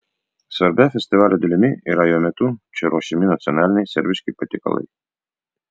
svarbia festivalio dalimi yra jo metu čia ruošiami nacionaliniai serbiški patiekalai